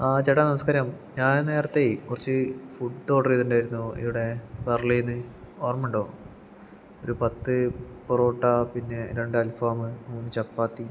ആ ചേട്ടാ നമസ്കാരം ഞാൻ നേരത്തേ കുറച്ച് ഫുഡ് ഓർഡർ ചെയ്തിണ്ടായിരുന്നു ഇവിടെ ഓർമ ഉണ്ടോ ഒരു പത്ത് പൊറോട്ട പിന്നെ രണ്ട് അൽഫാം മൂന്ന് ചപ്പാത്തി